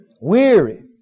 Weary